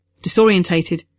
Disorientated